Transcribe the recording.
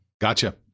Gotcha